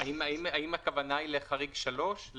האם הכוונה לחריג 3?